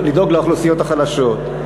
לדאוג לאוכלוסיות החלשות.